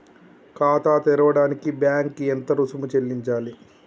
ఖాతా తెరవడానికి బ్యాంక్ కి ఎంత రుసుము చెల్లించాలి?